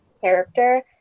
character